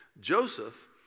joseph